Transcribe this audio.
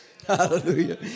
Hallelujah